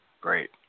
Great